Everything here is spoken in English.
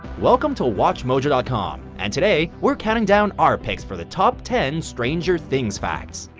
welcome to watchmojo dot com and today we're counting down our picks for the top ten stranger things facts.